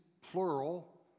plural